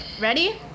ready